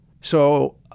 So-